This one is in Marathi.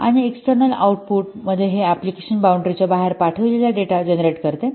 आणि एक्सटर्नल आऊटपुट मध्ये हे अॅप्लिकेशन बॉउंडरी च्या बाहेर पाठविलेला डेटा जनरेट करते